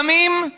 לפעמים,